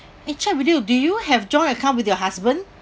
eh check with you do you have joint account with your husband